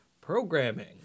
programming